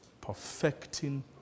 perfecting